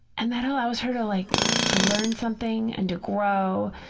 and that allows her to like to learn something and to grow.